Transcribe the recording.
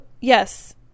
yes